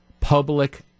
public